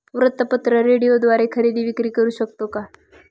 वृत्तपत्र, रेडिओद्वारे खरेदी विक्री करु शकतो का?